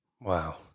Wow